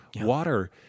Water